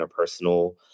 interpersonal